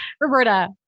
Roberta